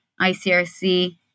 ICRC